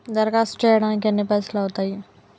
దరఖాస్తు చేయడానికి ఎన్ని పైసలు అవుతయీ?